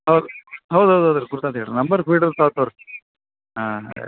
ಹೌದು ಹೌದು ಹೌದು ಹೌದು ರೀ ಗುರುತಾತ್ ಹೇಳಿ ರೀ ನಂಬರ್ ಫೀಡ್ ಹಾಂ ಅದೇ